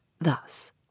thus